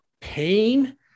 pain